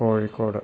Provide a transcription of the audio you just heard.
Kozhikode